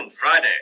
Friday